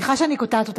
סליחה שאני קוטעת אותך.